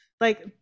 like-